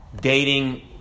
dating